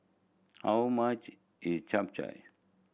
how much is Chap Chai